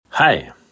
Hi